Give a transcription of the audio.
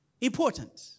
important